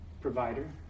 Provider